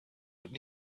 would